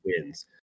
wins